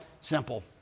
Simple